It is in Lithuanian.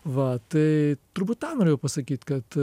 va tai turbūt tą norėjau pasakyt kad